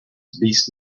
beast